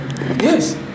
Yes